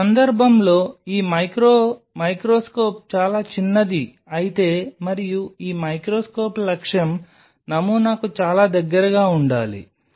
ఈ సందర్భంలో ఈ మైక్రో మైక్రోస్కోప్ చాలా చిన్నది అయితే మరియు ఈ మైక్రోస్కోప్ లక్ష్యం నమూనాకు చాలా దగ్గరగా ఉండాలి